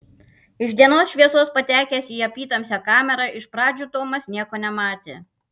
iš dienos šviesos patekęs į apytamsę kamerą iš pradžių tomas nieko nematė